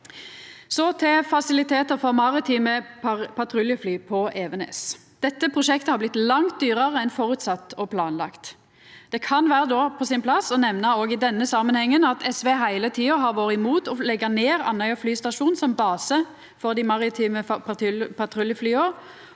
Så til fasilitetar for maritime patruljefly på Evenes. Dette prosjektet har blitt langt dyrare enn føresett og planlagt. Det kan òg vera på sin plass å nemna i denne samanhengen at SV heile tida har vore imot å leggja ned Andøya flystasjon som base for dei maritime patruljeflya